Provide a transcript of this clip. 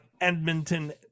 Edmonton